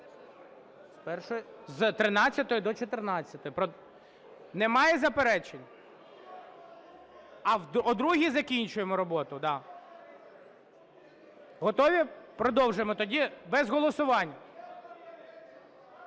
З 13 до 14. Немає заперечень? А о другій закінчуємо роботу, да. Готові? Продовжуємо тоді без голосувань.